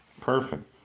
Perfect